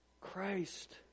Christ